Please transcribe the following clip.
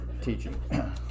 teaching